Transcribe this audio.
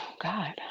God